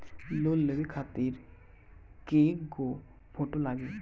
Loan लेवे खातिर कै गो फोटो लागी?